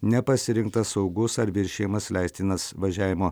nepasirinktas saugus ar viršijamas leistinas važiavimo